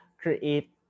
create